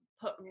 put